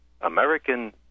American